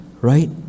right